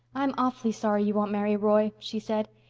i'm awfully sorry you won't marry roy, she said.